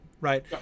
right